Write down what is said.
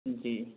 जी